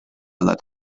let